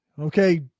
Okay